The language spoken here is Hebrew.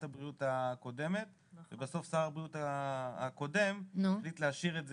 הבריאות הקודמת ובסוף שר הבריאות הקודם החליט להשאיר את זה.